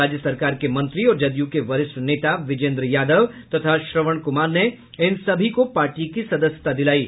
राज्य सरकार के मंत्री और जदयू के वरिष्ठ नेता विजेन्द्र यादव तथा श्रवण कुमार ने इन सभी को पार्टी की सदस्यता दिलायी